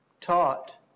taught